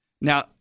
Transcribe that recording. now